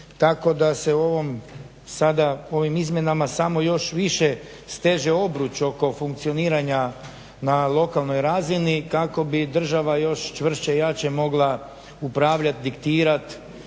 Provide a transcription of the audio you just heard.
sada, ovim izmjenama samo još više steže obruč oko funkcioniranja na lokalnoj razini kako bi država još čvršće i jače mogla upravljati, diktirati